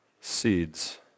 seeds